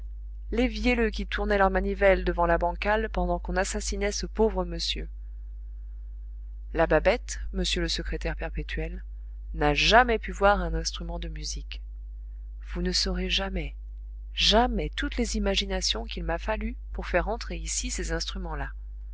les vielleux qui tournaient leur manivelle devant la bancal pendant qu'on assassinait ce pauvre monsieur la babette monsieur le secrétaire perpétuel n'a jamais pu voir un instrument de musique vous ne saurez jamais jamais toutes les imaginations qu'il m'a fallu pour faire entrer ici ces instruments là